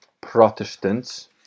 Protestants